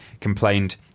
complained